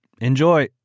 Enjoy